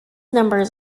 numbers